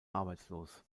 arbeitslos